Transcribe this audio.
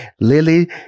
Lily